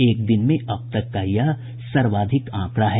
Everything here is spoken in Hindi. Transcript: एक दिन में अब तक का यह सर्वाधिक आंकड़ा है